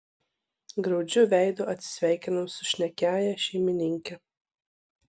graudžiu veidu atsisveikinau su šnekiąja šeimininke